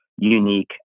unique